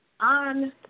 On